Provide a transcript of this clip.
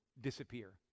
disappear